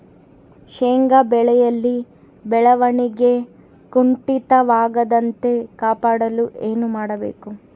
ಶೇಂಗಾ ಬೆಳೆಯಲ್ಲಿ ಬೆಳವಣಿಗೆ ಕುಂಠಿತವಾಗದಂತೆ ಕಾಪಾಡಲು ಏನು ಮಾಡಬೇಕು?